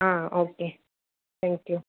ah okay thank you